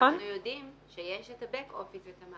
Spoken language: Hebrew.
אנחנו יודעים שיש את ה-בק אופיס ואת המערכת.